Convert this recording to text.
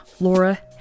laura